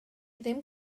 ddim